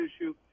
issue